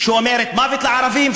שאומרת "מוות לערבים",